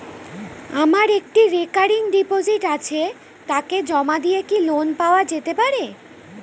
আমার একটি recurring deposit আছে তাকে জমা দিয়ে কি লোন পাওয়া যেতে পারে?